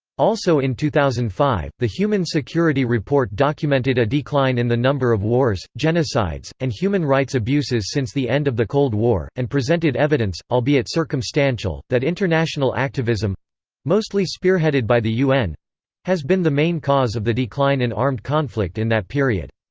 also in two thousand and five, the human security report documented a decline in the number of wars, genocides, and human rights abuses since the end of the cold war, and presented evidence, albeit circumstantial, that international activism mostly spearheaded by the un has been the main cause of the decline in armed conflict in that period.